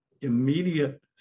immediate